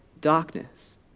darkness